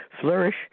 flourish